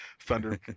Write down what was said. Thunder